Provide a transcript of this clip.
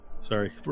Sorry